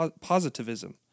positivism